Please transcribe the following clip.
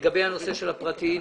לגבי הנושא של הפרטיים,